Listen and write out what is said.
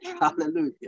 hallelujah